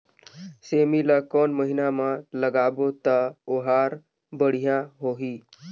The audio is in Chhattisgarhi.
सेमी ला कोन महीना मा लगाबो ता ओहार बढ़िया होही?